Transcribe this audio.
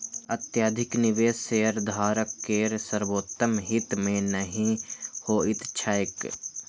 अत्यधिक निवेश शेयरधारक केर सर्वोत्तम हित मे नहि होइत छैक